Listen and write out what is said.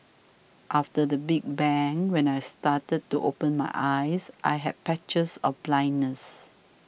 after the big bang when I started to open my eyes I had patches of blindness